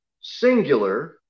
Singular